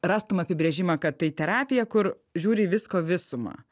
rastum apibrėžimą kad tai terapija kur žiūri į visko visumą